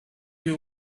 you